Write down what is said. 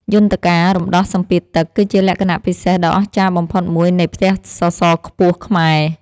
យន្តការរំដោះសម្ពាធទឹក គឺជាលក្ខណៈពិសេសដ៏អស្ចារ្យបំផុតមួយនៃផ្ទះសសរខ្ពស់ខ្មែរ។